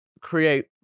create